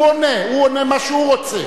הוא עונה, הוא עונה מה שהוא רוצה.